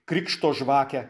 krikšto žvakę